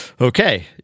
Okay